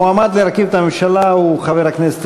המועמד להרכיב את הממשלה הוא חבר הכנסת